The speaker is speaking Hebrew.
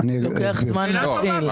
לוקח זמן להפעיל.